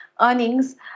earnings